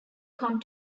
come